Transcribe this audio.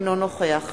אינו נוכח